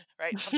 right